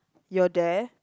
you're there